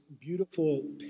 beautiful